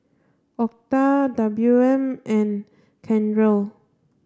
Octa W M and Kendell